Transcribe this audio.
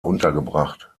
untergebracht